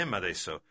adesso